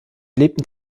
lebten